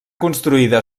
construïda